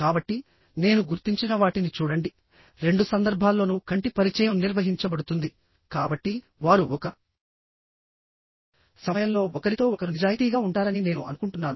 కాబట్టి నేను గుర్తించిన వాటిని చూడండి రెండు సందర్భాల్లోనూ కంటి పరిచయం నిర్వహించబడుతుంది కాబట్టి వారు ఒక సమయంలో ఒకరితో ఒకరు నిజాయితీగా ఉంటారని నేను అనుకుంటున్నాను